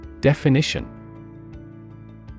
Definition